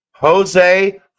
Jose